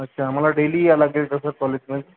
अच्छा आम्हाला डेली यावं लागेल का सर कॉलेजमध्ये